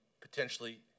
potentially